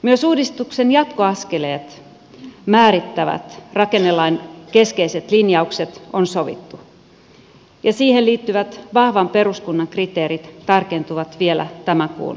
myös uudistuksen jatkoaskeleet määrittävät rakennelain keskeiset linjaukset on sovittu ja siihen liittyvät vahvan peruskunnan kriteerit tarkentuvat vielä tämän kuun lopulla